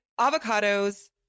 avocados